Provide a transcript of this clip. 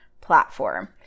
platform